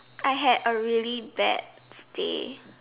I had a really bad day